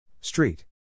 Street